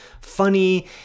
funny